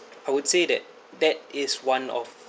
I would say that that is one of